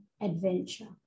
adventure